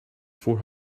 four